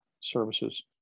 services